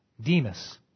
Demas